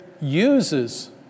uses